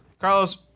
Carlos